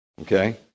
okay